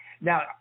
now